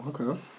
Okay